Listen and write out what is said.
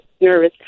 nervous